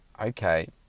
okay